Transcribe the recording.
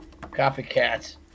copycats